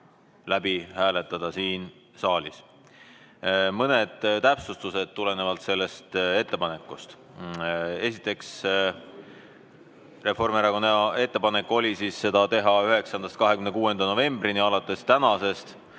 läbi hääletada siin saalis. Mõned täpsustused tulenevalt sellest ettepanekust. Esiteks, Reformierakonna ettepanek oli seda teha 9.–26. novembrini, alates tänasest,